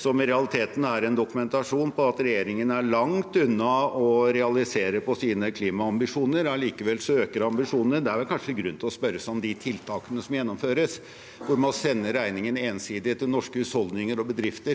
som i realiteten er en dokumentasjon på at regjeringen er langt unna å realisere sine klimaambisjoner. Allikevel øker ambisjonene. Det er vel kanskje grunn til å spørre seg om de tiltakene som gjennomføres, hvor man sender regningen ensidig til norske husholdninger og bedrifter,